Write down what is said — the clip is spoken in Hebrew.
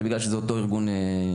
זה בגלל שזה אותו ארגון עובדים.